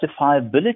justifiability